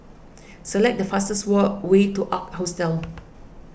select the fastest way to Ark Hostel